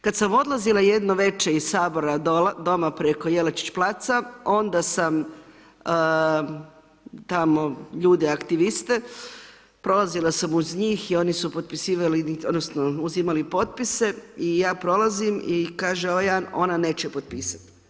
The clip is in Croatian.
Kad sam odlazila jedno veče iz Sabora doma preko Jelačić placa, onda sam tamo ljude aktiviste, prolazila sam uz njih i oni su potpisivali odnosno uzimali potpise i ja prolazim i kaže ovaj jedan, ova neće potpisati.